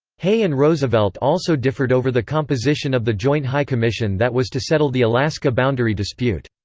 hay and roosevelt also differed over the composition of the joint high commission that was to settle the alaska boundary dispute.